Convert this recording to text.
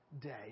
day